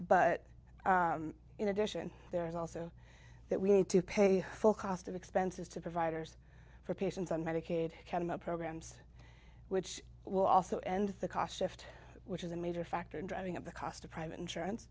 out but in addition there is also that we need to pay full cost of expenses to providers for patients on medicaid programs which will also end the cost shift which is a major factor in driving up the cost of private insurance